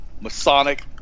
Masonic